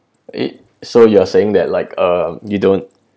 eh so you are saying that like uh you don't